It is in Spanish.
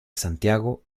santiago